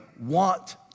want